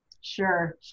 Sure